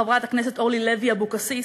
חברת הכנסת אורלי לוי אבקסיס,